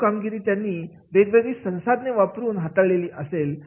चालू कामगिरी त्यांनी वेगवेगळे संसाधने वापरून हाताळलेली असेल